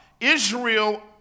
Israel